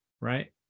right